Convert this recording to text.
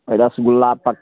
रसगुल्ला पक